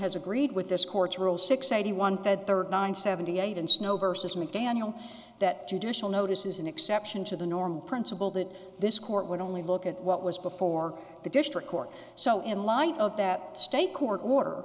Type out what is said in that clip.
has agreed with this courts rule six eighty one fed thirty nine seventy eight and snowe versus mcdaniel that judicial notice is an exception to the norm principle that this court would only look at what was before the district court so in light of that state court or